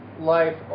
life